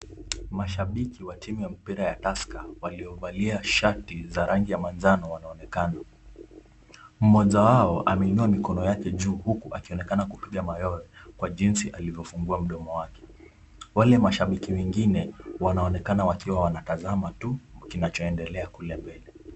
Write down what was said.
Mashabiki wa timu ya mpira ya Tusker waliovalia shati za rangi ya manjano wanaonekana, mmoja wao ameinua mikono yake juu huku akionekana kupiga mayowe kwa jinsi walivyofungua mdomo wake, wale mashabiki wengine wanaonekana wakiwa wanatazama tu kinachoendelea kule mbele.